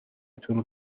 تون